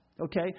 okay